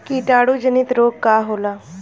कीटाणु जनित रोग का होला?